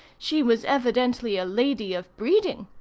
she was evidently a lady of breeding.